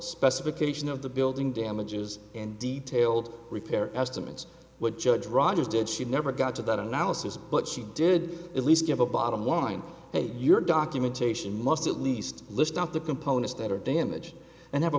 specification of the building damages and detailed repair estimates would judge rogers did she never got to that analysis but she did at least give a bottom line your documentation must at least list out the components that are damaged and have a